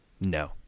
No